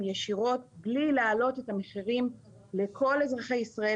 ישירות בלי להעלות את המחירים לכל אזרחי ישראל.